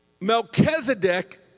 Melchizedek